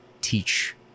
teach